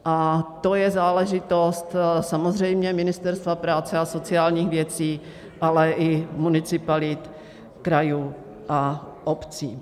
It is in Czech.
A to je záležitost samozřejmě Ministerstva práce a sociálních věcí, ale i municipalit, krajů a obcí.